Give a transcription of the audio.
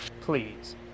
Please